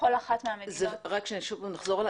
כשבכל אחת מהמדינות --- רק שוב פעם, נחזור.